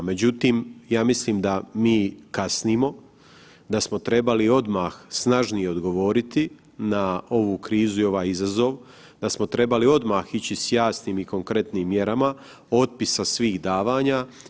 Međutim, ja mislim da mi kasnimo, da smo trebali odmah snažnije odgovoriti na ovu krizu i ovaj izazov, da smo trebali odmah ići s jasnim i konkretnim mjerama otpisa svih davana.